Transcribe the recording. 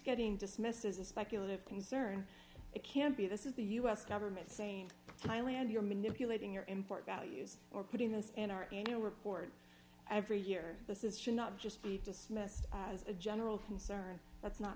getting dismissed as a speculative concern it can be this is the u s government saying thailand you're manipulating your import values or putting this in our annual report every year this is should not just be dismissed as a general concern that's not